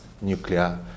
nuclear